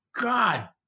God